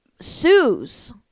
sues